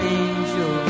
angel